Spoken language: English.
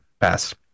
pass